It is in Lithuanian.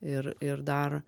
ir ir dar